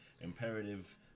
imperative